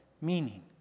meaning